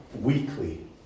weekly